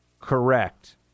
correct